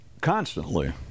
constantly